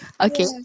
Okay